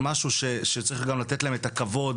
שצריך לתת להם את הכבוד